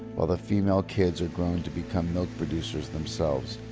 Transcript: while the female kids are grown to become milk producers themselves,